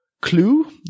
Clue